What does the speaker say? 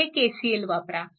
येथे KCL वापरा